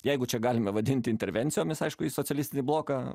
jeigu čia galime vadinti intervencijomis aišku į socialistinį bloką